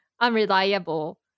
unreliable